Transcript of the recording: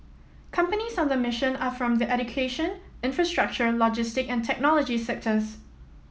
companies on the mission are from the education infrastructure logistic and technology sectors